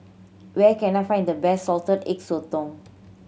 where can I find the best Salted Egg Sotong